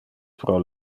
pro